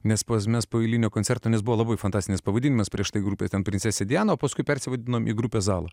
nes mes po eilinio koncerto nes buvo labai fantastinis pavadinimas prieš tai grupė ten princesė diana paskui persivadinom į grupę zala